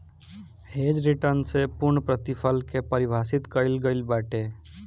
hedge return से पूर्णप्रतिफल के पारिभाषित कईल गईल बाटे